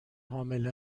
حامله